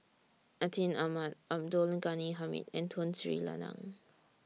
Atin Amat Abdul Ghani Hamid and Tun Sri Lanang